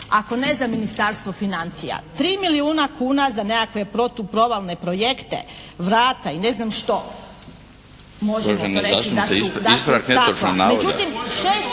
ako ne za Ministarstvo financija. Tri milijuna kuna za nekakve protuprovalne projekte, vrata i ne znam što, možemo reći da su takva.